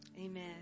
Amen